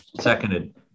Seconded